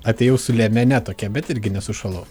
atėjau su liemene tokia bet irgi nesušalau